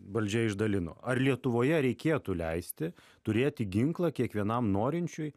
valdžia išdalino ar lietuvoje reikėtų leisti turėti ginklą kiekvienam norinčiui